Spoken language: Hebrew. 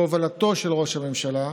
בהובלתו של ראש הממשלה.